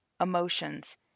emotions